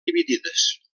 dividides